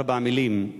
ארבע מלים,